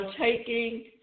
taking